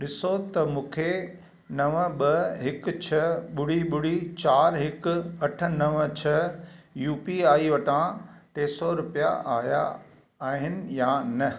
ॾिसो त मूंखे नव ॿ हिकु छह ॿुड़ी ॿुड़ी चारि हिकु अठ नव छह यू पी आई वटां टे सौ रुपिया आया आहिनि या न